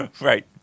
Right